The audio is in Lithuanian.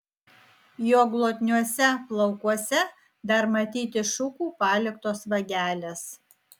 jo glotniuose plaukuose dar matyti šukų paliktos vagelės